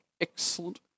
Excellent